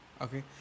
Okay